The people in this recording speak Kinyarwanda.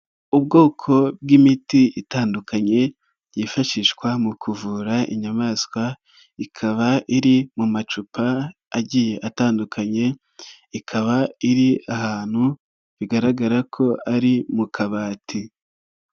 Ubwoko bw'imiti itandukanye yifashishwa mu kuvura inyamaswa, ikaba iri mu macupa agiye atandukanye, ikaba iri ahantu bigaragara ko ari mu kabati.